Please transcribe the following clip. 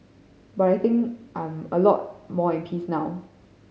but I think I'm a lot more at peace now